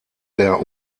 der